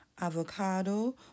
avocado